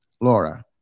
Laura